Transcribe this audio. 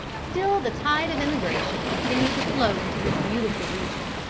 still the tide of emigration continued to flow into this beautiful region.